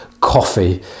coffee